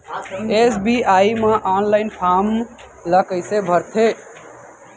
SBI म online form ल कइसे भरथे?